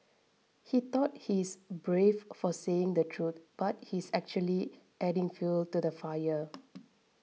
he thought he's brave for saying the truth but he's actually adding fuel to the fire